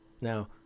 Now